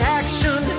action